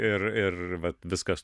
ir ir vat viskas